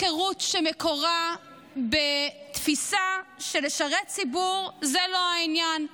הפקרות שמקורה בתפיסה שלשרת ציבור זה לא העניין,